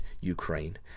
Ukraine